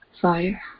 fire